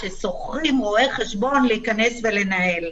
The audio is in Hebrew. ששוכרים רואה חשבון להיכנס ולנהל.